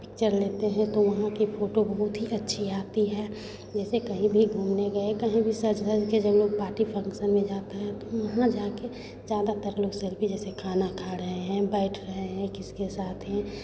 picture लेते हैं तो वहाँ की फोटो बहुत ही अच्छी आती है जैसे कहीं भी घूमने गए कहीं भी सज धज के जब हम लोग पार्टी फंक्शन में जाते हैं तो वहाँ जाके ज़्यादातर लोग सेल्फी जैसे खाना खा रहे हैं बैठ रहे हैं किसके साथ हैं